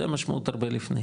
זו המשמעות 'הרבה לפני'.